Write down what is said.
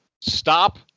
stop